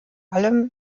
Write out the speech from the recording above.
allem